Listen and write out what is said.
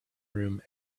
room